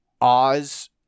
Oz